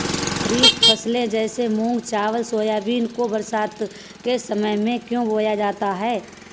खरीफ फसले जैसे मूंग चावल सोयाबीन को बरसात के समय में क्यो बोया जाता है?